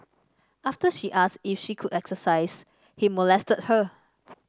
after she asked if she could exercise he molested her